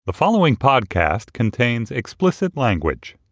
the following podcast contains explicit language